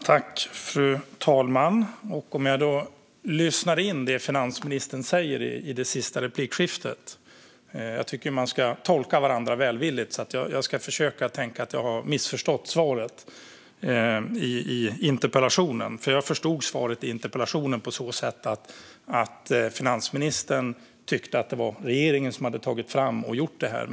Fru talman! Jag lyssnade på det som finansministern sa i det senaste anförandet. Jag tycker att man ska tolka varandra välvilligt, så jag ska försöka tänka att jag har missförstått interpellationssvaret. Jag förstod interpellationssvaret som att finansministern tyckte att det var regeringen som hade tagit fram och gjort detta.